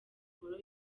ngoro